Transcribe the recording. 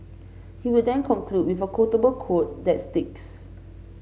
he will then conclude with a quotable quote that sticks